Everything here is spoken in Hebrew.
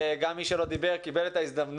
גם מי שלא דיבר, קיבל את ההזדמנות.